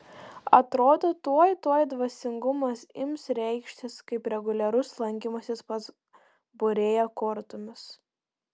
atrodo tuoj tuoj dvasingumas ims reikštis kaip reguliarus lankymasis pas būrėją kortomis